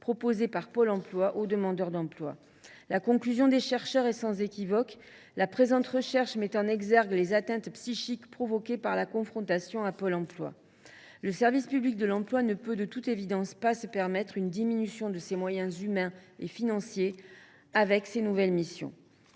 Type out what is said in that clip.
proposée par Pôle emploi aux demandeurs d’emploi. La conclusion des chercheurs est sans équivoque :« La présente recherche met en exergue les atteintes psychiques provoquées par la confrontation à Pôle emploi. » Vu ses nouvelles missions, le service public de l’emploi ne peut de toute évidence pas se permettre une diminution de ses moyens humains et financiers. Dans ce contexte, la sous